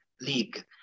League